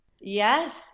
Yes